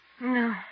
No